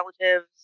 relatives